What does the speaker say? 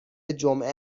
جمعه